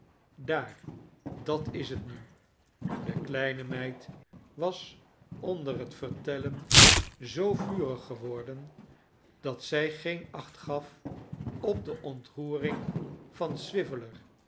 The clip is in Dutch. daar dat is het nu de kleine meid was onder het vertellen zoo vurig geworden dat zij geen acht gaf op de ontroering van